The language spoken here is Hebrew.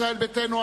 ישראל ביתנו,